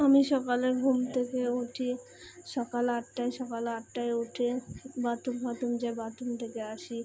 আমি সকালে ঘুম থেকে উঠি সকাল আটটায় সকাল আটটায় উঠে বাথরুম ফাত্তুম যাই বাথরুম থেকে আসি